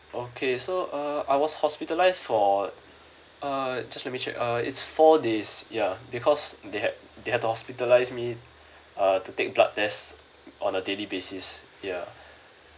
okay so err I was hospitalised for err just let me check err it's four days ya because they had they had to hospitalise me uh to take blood test on a daily basis ya